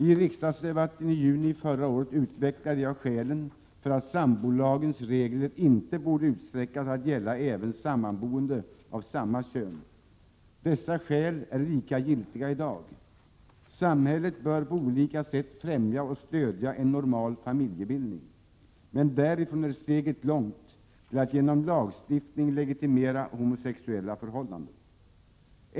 I riksdagsdebatten i juni förra året utvecklade jag skälen för att sambolagens regler inte borde utsträckas att gälla även samboende av samma kön. Dessa skäl är lika giltiga i dag. Samhället bör på olika sätt främja och stödja en normal familjebildning, men därifrån är steget långt till att genom lagstiftning legitimera homosexuella förhållanden.